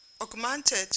augmented